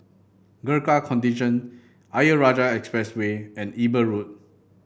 Gurkha Contingent Ayer Rajah Expressway and Eber Road